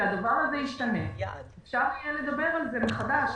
כשהדבר הזה ישתנה, אפשר יהיה לדבר על זה מחדש.